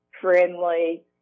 friendly